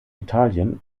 italien